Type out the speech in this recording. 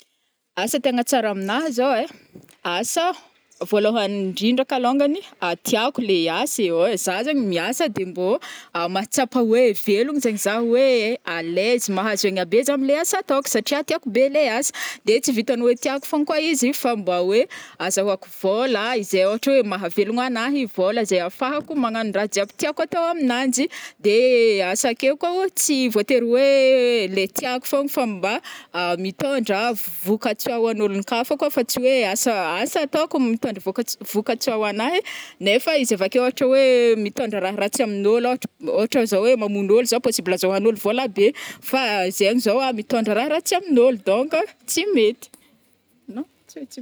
Asa tegna tsara amina zo ai, asa voalohany indrindra kalongany tiako ilay asa ai, za zegny miasa de mbo mahatsapa oe velona zegny za oe a l'aise mahazo aigna be za amle asa ataoko satria tiako be ilay asa de tsy vitany oe tiako fogna koa izy fa mbo oe azahoako vola izay oatra oe mahavelogno anahy vôla izay ahafahako magnano ra jiaby tiako atao amignanjy, de asa akeo ko tsy voatery oe le tiako fogna fa mba mitondra vokatsoa ho an'ôlonkafa koa fa tsy oe asa-asa- ataoko mitondra vokantso-vokantsoa ho anahy nefa izy avakeo oatra oe mitondra ra ratsy amin'olo oatra zao oe mamono ôlo zao possible ahazoan'ôlo vola be fa zegny zao a mitondra ra ratsy amin'olo donc tsy mety.